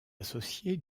associé